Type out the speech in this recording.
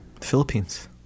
Philippines